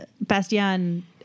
Bastian